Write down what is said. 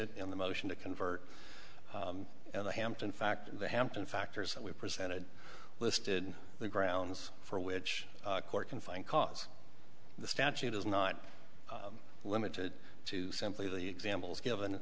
it in the motion to convert and the hampton fact the hampton factors that we presented listed the grounds for which court can find cause the statute is not limited to simply the examples given